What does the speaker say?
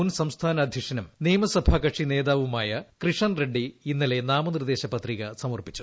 മുൻ സംസ്ഥാന അദ്ധ്യക്ഷനും നിയമസഭാ കക്ഷി നേതാവുമായ കൃഷൻ റെഡി ഇന്നലെ നാമനിർദ്ദേശ പത്രിക സമർപ്പിച്ചു